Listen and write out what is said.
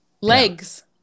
Legs